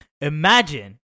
imagine